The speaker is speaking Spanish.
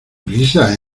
prisa